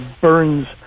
burns